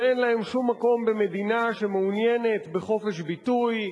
שאין להן שום מקום במדינה שמעוניינת בחופש ביטוי,